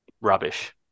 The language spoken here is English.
rubbish